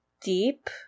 deep